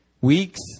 weeks